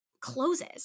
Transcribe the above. closes